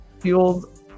Fueled